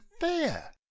fair